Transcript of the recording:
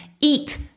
eat